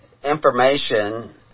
Information